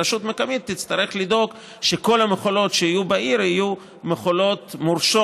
רשות מקומית תצטרך לדאוג שכל המכולות שיהיו בעיר יהיו מכולות מורשות,